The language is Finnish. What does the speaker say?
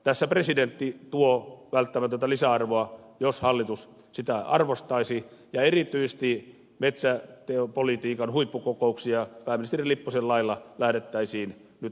tässä presidentti tuo välttämätöntä lisäarvoa jos hallitus sitä arvostaisi ja erityisesti metsäpolitiikan huippukokouksia pääministeri lipposen lailla lähdettäisiin nyt aikaansaamaan